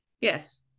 yes